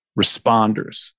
responders